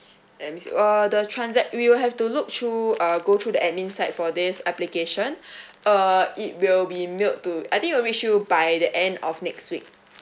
let me see uh the transac~ we will have to look through uh go through the admin side for this application uh it will be mailed to I think it will reach you by the end of next week